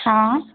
हाँ